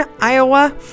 Iowa